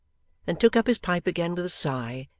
then took up his pipe again with a sigh,